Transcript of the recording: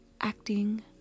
acting